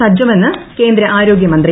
സജ്ജമെന്ന് കേന്ദ്ര ആരോഗ്യമന്ത്രി